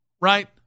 right